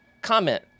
comment